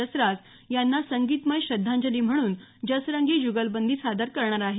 जसराज यांना संगीतमय श्रद्धांजली म्हणून जसरंगी जुगलबंदी सादर करणार आहेत